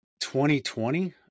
2020